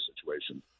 situation